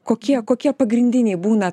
kokie kokie pagrindiniai būna